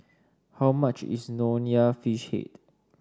how much is Nonya Fish Head